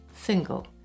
single